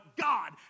God